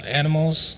animals